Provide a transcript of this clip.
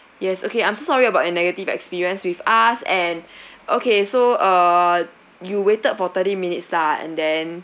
yes okay I'm so sorry about your negative experience with us and okay so uh you waited for thirty minutes lah and then